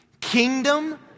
Kingdom